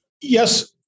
Yes